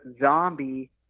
zombie